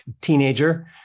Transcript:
teenager